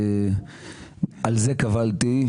על זה קָבַלתי,